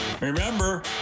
remember